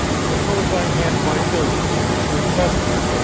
suppose i hand my million to you for investment.